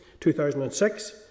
2006